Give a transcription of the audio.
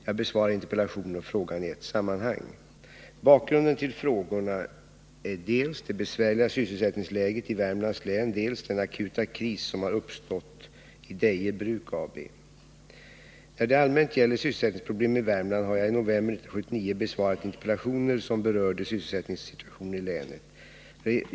Jag besvarar interpellationen och frågan i ett sammanhang. Bakgrunden till frågorna är dels det besvärliga sysselsättningsläget i Värmlands län, dels den akuta kris som har uppstått i Deje Bruk AB. När det allmänt gäller sysselsättningsproblemen i Värmland har jag i november 1979 besvarat interpellationer som berörde sysselsättningssituationen i länet.